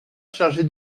chargée